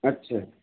अच्छा